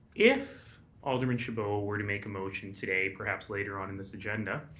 if alderman chabot were to make a motion today perhaps later on in this agenda